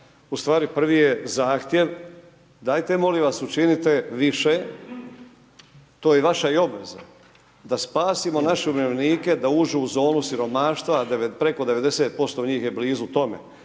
U stvari prvi je zahtjev dajte molim vas učinite više, to je vaša i obveza, da spasimo naše umirovljenike da uđu u zonu siromaštva preko 90% njih je blizu tome.